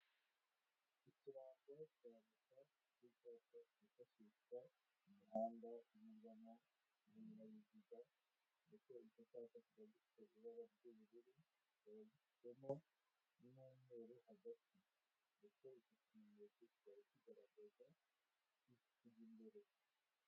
Ikirango cyigaragaza igice cy'umuhanda cyifashishwa mu muhanda unyurwamo n'ibinyabiziga. Ndetse icyo cyapa kikaba gifite ibara ry'ubururu, n'umweru hagati, ndetse cyikakwerekeza gukomeza imbere.